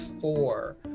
four